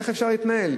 איך אפשר להתנהל?